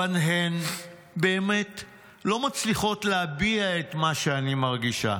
אבל הן לא באמת מצליחות להביע את מה שאני מרגישה".